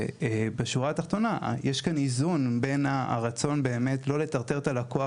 בשורה התחתונה יש כאן איזון בין הרצון שלא לטרטר את הלקוח